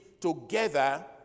together